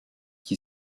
qui